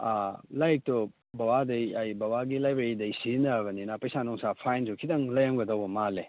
ꯂꯥꯏꯔꯤꯛꯇꯣ ꯕꯕꯥꯗꯩ ꯑꯩ ꯕꯕꯥꯒꯤ ꯂꯥꯏꯕ꯭ꯔꯦꯔꯤꯗꯩ ꯁꯤꯖꯟꯅꯕꯅꯤꯅ ꯄꯩꯁꯥ ꯅꯨꯡꯁꯥ ꯐꯥꯏꯟꯁꯨ ꯈꯤꯇꯪ ꯂꯩꯔꯝꯒꯗꯧꯕ ꯃꯥꯜꯂꯦ